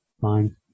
Fine